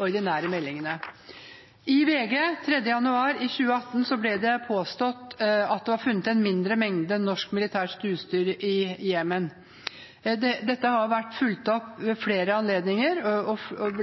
ordinære meldingene. I VG den 3. januar 2018 ble det påstått at det var funnet en mindre mengde norsk militært utstyr i Jemen. Dette har vært fulgt opp ved flere anledninger og